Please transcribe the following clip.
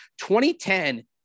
2010